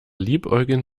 liebäugeln